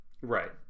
Right